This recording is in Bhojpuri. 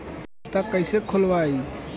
खाता कईसे खोलबाइ?